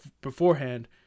beforehand